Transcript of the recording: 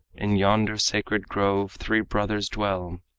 in yonder sacred grove three brothers dwell